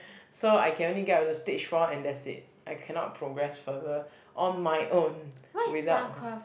so I can only get up to stage four and that's it I cannot progress further on my own without